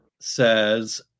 says